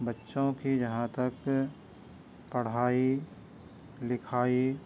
بچوں کی جہاں تک پڑھائی لکھائی